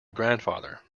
grandfather